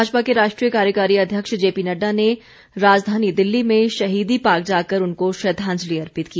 भाजपा के राष्ट्रीय कार्यकारी अध्यक्ष जेपी नड़डा ने राजधानी दिल्ली में शहीदी पार्क जाकर उनको श्रद्वांजलि अर्पित की